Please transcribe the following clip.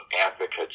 advocates